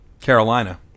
carolina